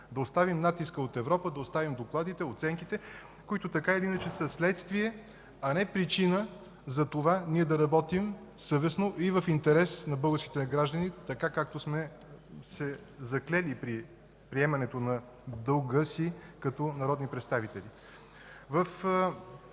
Да оставим натиска от Европа, да оставим докладите, оценките, които така или иначе са следствие, а не причина да работим съвестно и в интерес на българските граждани, както сме се заклели при приемането на дълга си като народни представители.